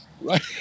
right